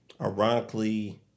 ironically